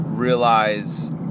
realize